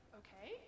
okay